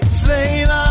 flame